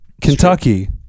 Kentucky